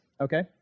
Okay